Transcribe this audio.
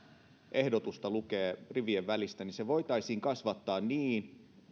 ehdotusta lukee rivien välistä sitä voitaisiin kasvattaa niin